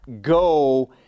go